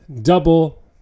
double